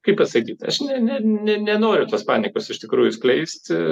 kaip pasakyt aš ne ne ne nenoriu tos paniekos iš tikrųjų skleisti